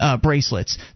bracelets